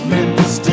Memphis